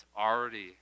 already